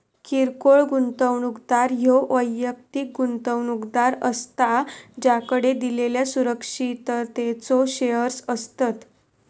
किरकोळ गुंतवणूकदार ह्यो वैयक्तिक गुंतवणूकदार असता ज्याकडे दिलेल्यो सुरक्षिततेचो शेअर्स असतत